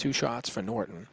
two shots for norton